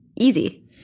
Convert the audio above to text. easy